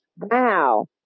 wow